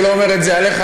אני לא אומר את זה עליך,